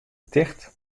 ticht